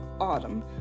autumn